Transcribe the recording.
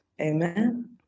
Amen